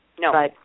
No